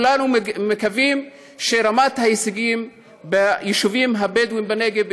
כולנו מקווים שרמת ההישגים ביישובים הבדואיים בנגב,